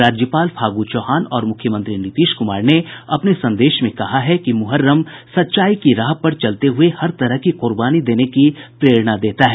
राज्यपाल फागु चौहान और मुख्यमंत्री नीतीश कुमार ने अपने संदेश में कहा है कि मुहर्रम सच्चाई की राह पर चलते हुए हर तरह की कुर्बानी देने की प्रेरणा देता है